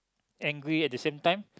angry at the same time